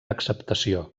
acceptació